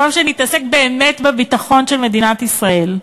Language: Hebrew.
במקום שנתעסק באמת בביטחון של מדינת ישראל,